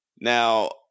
Now